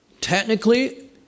Technically